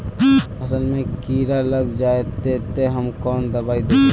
फसल में कीड़ा लग जाए ते, ते हम कौन दबाई दबे?